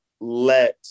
let